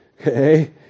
Okay